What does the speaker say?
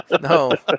no